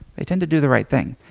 they tend to do the right thing.